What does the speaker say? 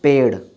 पेड़